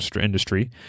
industry